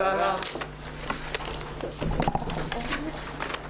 הישיבה ננעלה בשעה 12:24.